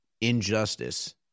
injustice